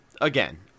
again